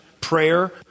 prayer